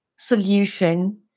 solution